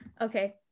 Okay